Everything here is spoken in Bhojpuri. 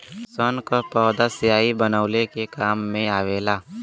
सन क पौधा स्याही बनवले के काम मे आवेला